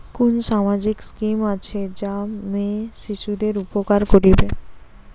কুন সামাজিক স্কিম আছে যা মেয়ে শিশুদের উপকার করিবে?